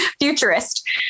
Futurist